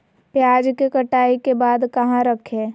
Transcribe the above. प्याज के कटाई के बाद कहा रखें?